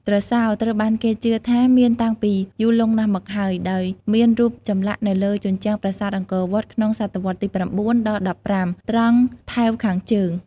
ទ្រសោត្រូវបានគេជឿថាមានតាំងពីយូរលង់ណាស់មកហើយ ដោយមានរូបចម្លាក់នៅលើជញ្ជាំងប្រាសាទអង្គរវត្ត ក្នុង សតវត្សទី៩ ដល់ ១៥ ត្រង់ថែវខាងជើង។